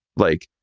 like,